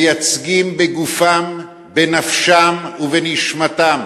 מייצגים בגופם, בנפשם ובנשמתם